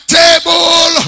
table